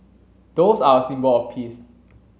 doves are a symbol of peace